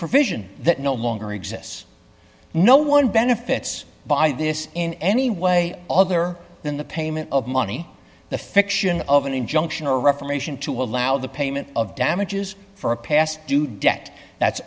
provision that no longer exists no one benefits by this in any way other than the payment of money the fiction of an injunction or reformation to allow the payment of damages for a past